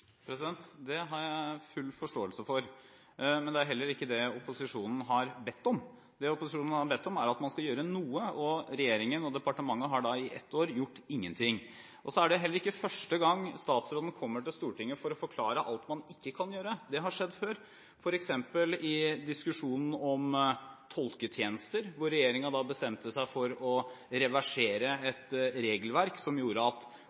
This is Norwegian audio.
Det har jeg full forståelse for, men det er heller ikke det opposisjonen har bedt om. Det opposisjonen har bedt om, er at man skal gjøre noe, og regjeringen og departementet har i ett år gjort ingenting. Det er heller ikke første gang statsråden kommer til Stortinget for å forklare alt man ikke kan gjøre. Det har skjedd før, f.eks. i diskusjonen om tolketjenester, hvor regjeringen bestemte seg for å reversere et regelverk som gjorde at